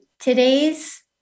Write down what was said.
Today's